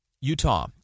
Utah